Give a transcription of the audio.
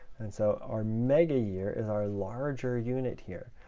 and so our megayear is our larger unit here,